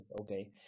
okay